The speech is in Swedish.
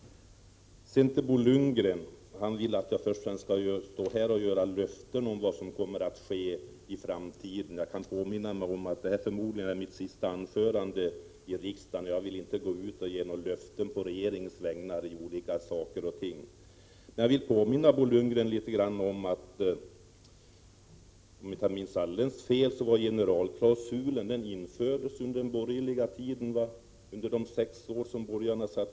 Bo Lundgren ville att jag här skall ge löften om vad som kommer att ske i framtiden. Jag kan påminna om att det här förmodligen är mitt sista anförande i riksdagen, och jag vill inte gå ut och ge några löften på regeringens vägnar i olika frågor. Jag vill emellertid påminna Bo Lundgren om att generalklausulen infördes under de sex borgerliga regeringsåren, om jag inte minns alldeles fel.